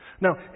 Now